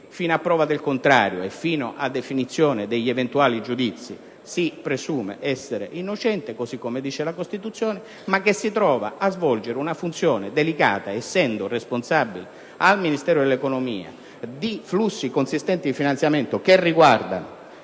fino a prova del contrario e fino a definizione degli eventuali giudizi, si presume essere innocente (così come dice la Costituzione), ma che al contempo si trova a svolgere una funzione delicata, essendo responsabile presso il Ministero dell'economia di flussi consistenti di finanziamento, che riguardano